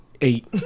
Eight